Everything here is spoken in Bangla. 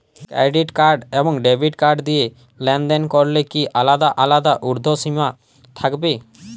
ক্রেডিট কার্ড এবং ডেবিট কার্ড দিয়ে লেনদেন করলে কি আলাদা আলাদা ঊর্ধ্বসীমা থাকবে?